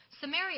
Samaria